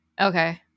Okay